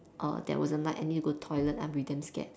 uh there was a night I need to go toilet then I'll be damn scared